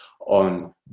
on